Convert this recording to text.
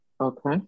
Okay